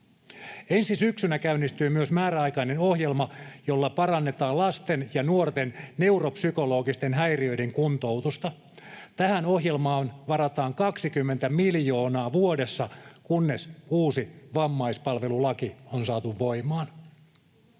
Ensi syksynä käynnistyy myös määräaikainen ohjelma, jolla parannetaan lasten ja nuorten neuropsykologisten häiriöiden kuntoutusta. Tähän ohjelmaan varataan 20 miljoonaa vuodessa, kunnes uusi vammaispalvelulaki on saatu voimaan.